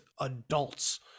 adults